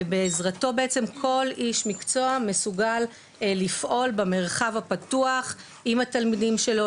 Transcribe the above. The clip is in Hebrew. ובעזרתו בעצם כל איש מקצוע מסוגל לפעול במרחב הפתוח עם התלמידים שלו,